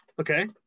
Okay